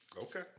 Okay